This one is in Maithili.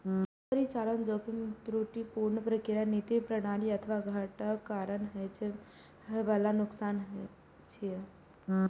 परिचालन जोखिम त्रुटिपूर्ण प्रक्रिया, नीति, प्रणाली अथवा घटनाक कारण होइ बला नुकसान छियै